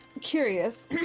curious